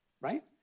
right